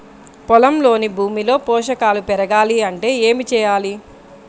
పొలంలోని భూమిలో పోషకాలు పెరగాలి అంటే ఏం చేయాలి?